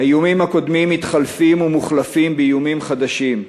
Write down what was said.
האיומים הקודמים מתחלפים ומוחלפים באיומים חדשים,